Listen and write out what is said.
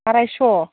आरायस'